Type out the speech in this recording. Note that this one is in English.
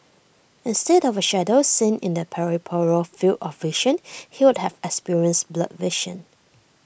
instead of A shadow seen in the peripheral field of vision he would have experienced blurred vision